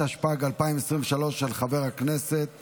התשפ"ג 2023, של חבר הכנסת